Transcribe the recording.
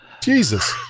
Jesus